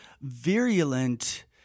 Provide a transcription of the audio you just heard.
virulent